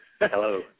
Hello